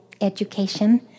education